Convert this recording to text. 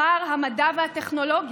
שר המדע והטכנולוגיה,